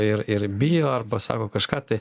ir ir bijo arba sako kažką tai